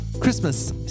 Christmas